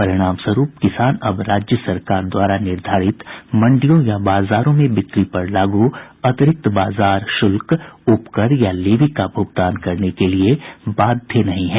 परिणामस्वरूप किसान अब राज्य सरकारों द्वारा निर्धारित मंडियों या बाजारों में बिक्री पर लागू अतिरिक्त बाजार शुल्क उपकर या लेवी का भुगतान करने के लिए बाध्य नहीं हैं